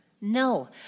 No